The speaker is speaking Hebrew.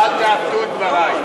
ואל תעוותו את דברי.